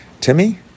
Timmy